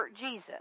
Jesus